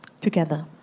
Together